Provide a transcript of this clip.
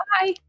Bye